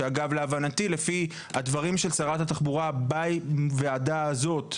שאגב להבנתי לפי הדברים של שרת התחבורה בוועדה הזו,